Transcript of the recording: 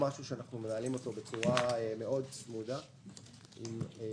אנחנו מנהלים אותו בצורה צמודה מאוד,